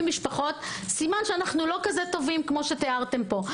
המשפחות סימן שאנו לא כזה טובים כפי שתיארתם פה.